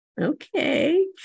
Okay